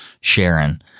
Sharon